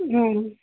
ಹ್ಞೂ